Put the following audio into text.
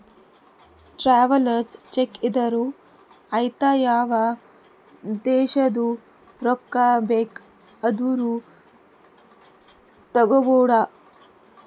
travellers cheque ಇದ್ದೂರು ಐಯ್ತ ಯಾವ ದೇಶದು ರೊಕ್ಕಾ ಬೇಕ್ ಆದೂರು ತಗೋಬೋದ